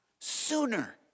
sooner